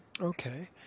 Okay